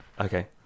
okay